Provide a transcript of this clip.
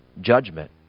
Judgment